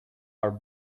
are